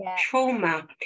trauma